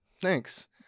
Thanks